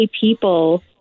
people